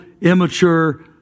immature